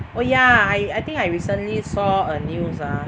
oh yeah I I think I recently saw a news ah